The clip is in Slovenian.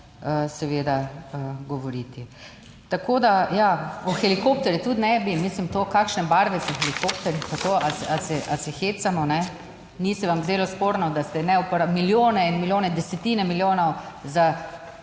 seveda govoriti. Tako da, ja, o helikopterju tudi ne bi. Mislim, to, kakšne barve so helikopterji, kako, se hecamo, kajne? Ni se vam zdelo sporno, da ste / nerazumljivo/ milijone in milijone, desetine milijonov za